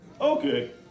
Okay